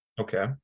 Okay